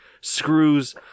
screws